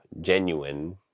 genuine